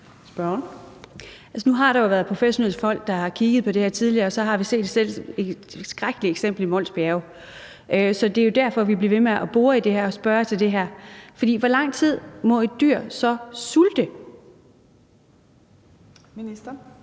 Østergaard (V): Altså, nu har der jo været professionelle folk, der har kigget på det her tidligere – men så har vi set et skrækkeligt eksempel i Mols Bjerge. Så det er jo derfor, vi bliver ved med at bore i det her og spørge til det her, for hvor lang tid må et dyr så sulte? Kl.